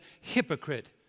hypocrite